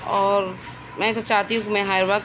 اور میں جو چاہتی ہوں کہ میں ہر وقت